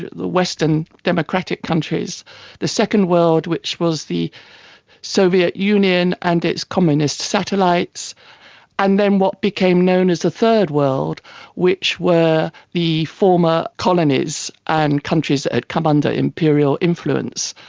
western democratic countries the second world which was the soviet union and its communist satellites and then what became known as the third world which were the former colonies and countries that had come under imperial influence,